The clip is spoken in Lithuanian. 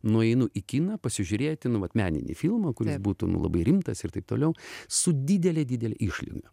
nueinu į kiną pasižiūrėti nu vat meninį filmą kuris būtų nu labai rimtas ir taip toliau su didele didele išlyga